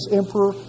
emperor